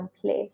place